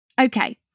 Okay